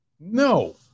No